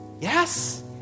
Yes